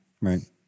Right